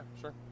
sure